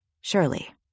surely